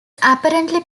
apparently